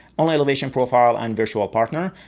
only elevation profile and virtual partner.